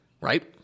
right